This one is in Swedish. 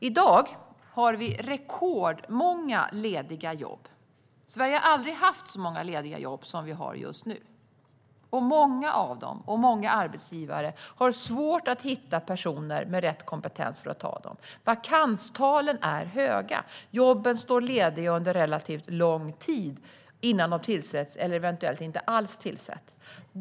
I dag har vi rekordmånga lediga jobb i Sverige. Vi har aldrig haft så många lediga jobb som vi har just nu. Men många arbetsgivare har svårt att hitta personer med rätt kompetens för att ta dem. Vakanstalen är höga. Jobben står lediga under relativt lång tid innan de tillsätts. Eventuellt tillsätts de inte alls.